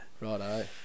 Righto